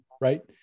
right